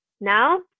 Now